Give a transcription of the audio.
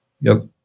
Yes